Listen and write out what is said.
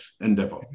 endeavor